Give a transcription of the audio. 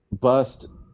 bust